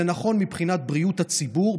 זה נכון מבחינת בריאות הציבור,